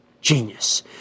Genius